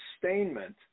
sustainment